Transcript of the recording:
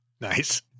Nice